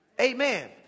Amen